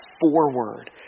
forward